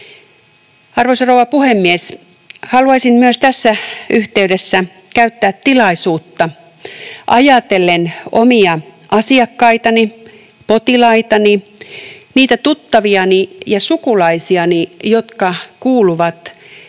Arvoisa rouva puhemies! Haluaisin myös tässä yhteydessä käyttää tilaisuutta hyväkseni ajatellen omia asiakkaitani, potilaitani, niitä tuttaviani ja sukulaisiani, jotka kuuluvat